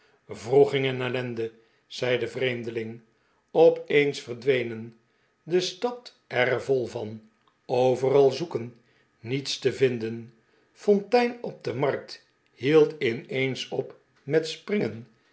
wroeging en ellende zei de vreemdeling op eens verdwenen de stad er vol van overal zoeken niets te vinden fontein op de markt hield in eens op met springen